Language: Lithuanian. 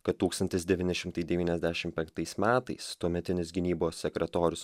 kad tūkstantis devyni šimtai devyniasdešim penktais metais tuometinis gynybos sekretorius